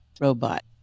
robot